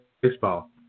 baseball